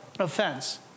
offense